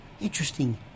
Interesting